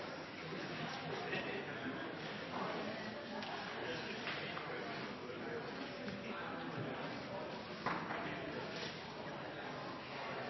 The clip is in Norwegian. president,